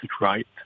right